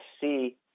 see